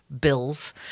bills